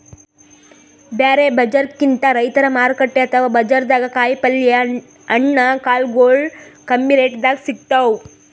ಬ್ಯಾರೆ ಬಜಾರ್ಕಿಂತ್ ರೈತರ್ ಮಾರುಕಟ್ಟೆ ಅಥವಾ ಬಜಾರ್ದಾಗ ಕಾಯಿಪಲ್ಯ ಹಣ್ಣ ಕಾಳಗೊಳು ಕಮ್ಮಿ ರೆಟೆದಾಗ್ ಸಿಗ್ತಾವ್